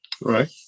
right